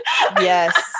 Yes